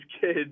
kids